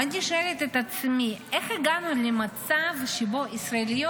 ואני שואלת את עצמי איך הגענו למצב שבו ישראליות